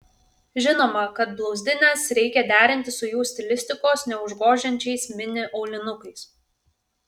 žinoma kad blauzdines reikia derinti su jų stilistikos neužgožiančiais mini aulinukais